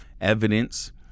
evidence